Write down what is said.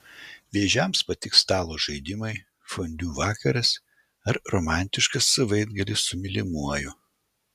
vėžiams patiks stalo žaidimai fondiu vakaras ar romantiškas savaitgalis su mylimuoju